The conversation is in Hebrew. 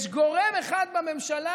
יש גורם אחד בממשלה